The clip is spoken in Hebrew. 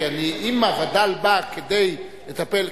כי אם הווד"ל בא כדי לטפל,